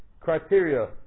criteria